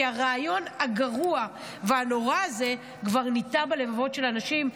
כי הרעיון הגרוע והנורא הזה כבר ניטע בלבבות של אנשים,